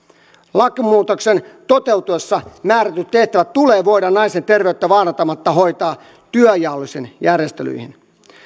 lakimuutoksen toteutuessa määrätyt tehtävät tulee voida naisen terveyttä vaarantamatta hoitaa työnjaollisin järjestelyin